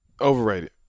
Overrated